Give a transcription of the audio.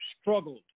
struggled